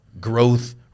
growth